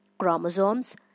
chromosomes